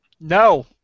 No